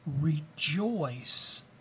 Rejoice